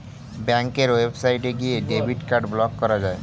ব্যাঙ্কের ওয়েবসাইটে গিয়ে ডেবিট কার্ড ব্লক করা যায়